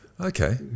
Okay